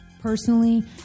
Personally